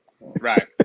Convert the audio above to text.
Right